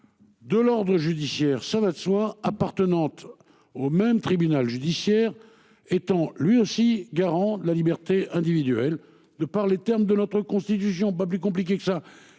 De l'Ordre judiciaire, ça va de soi, appartenant au au même tribunal judiciaire étant lui aussi garant de la liberté individuelle, de par les termes de notre constitution. Pas plus compliqué que ça.